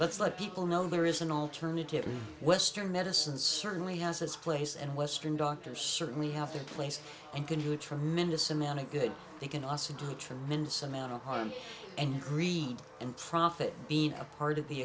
let's let people know there is an alternative and western medicine certainly has its place and western doctor certainly have their place and can do a tremendous amount of good they can also do tremendous amount of harm and greed and profit be a part of the